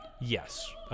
Yes